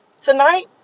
tonight